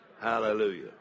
Hallelujah